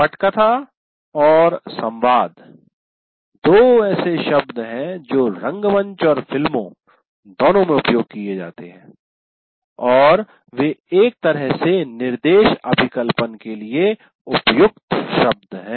पटकथा और संवाद दो ऐसे शब्द हैं जो रंगमंच और फिल्मों दोनों में उपयोग किए जाते हैं और वे एक तरह से निर्देश अभिकल्पन के लिए उपयुक्त शब्द हैं